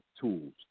tools